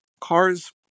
cars